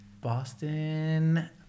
Boston